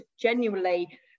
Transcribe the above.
genuinely